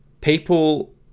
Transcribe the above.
people